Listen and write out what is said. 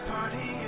Party